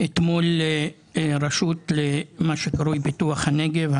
אתמול הרשות למה שקרוי פיתוח הנגב,